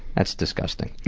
that's disgusting.